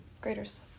graders